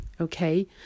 Okay